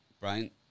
Brian